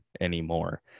anymore